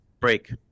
Break